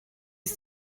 ist